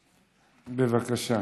בבקשה,